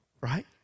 right